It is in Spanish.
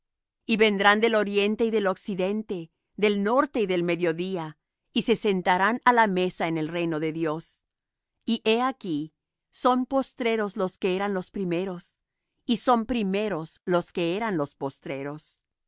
y vendrán del oriente y del occidente del norte y del mediodía y se sentarán á la mesa en el reino de dios y he aquí son postreros los que eran los primeros y son primeros los que eran los postreros